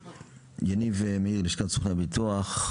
יניב מאיר, לשכת סוכני הביטוח.